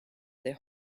their